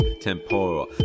Temporal